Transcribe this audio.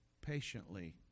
Patiently